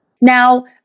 Now